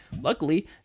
luckily